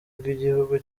bw’igihugu